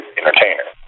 entertainer